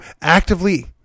actively